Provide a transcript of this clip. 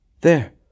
There